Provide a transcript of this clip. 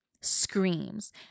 screams